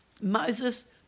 Moses